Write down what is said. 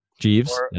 Jeeves